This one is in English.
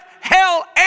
hell